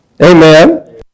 Amen